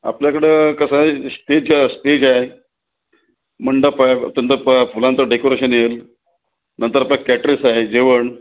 आपल्याकडं कसं आहे स्टेचस स्टेज आहे मंडप आहे त्यानंतर फुलांचं डेकोरेशन येईल नंतर आपलं कॅटरस आहे जेवण